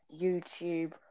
YouTube